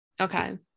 okay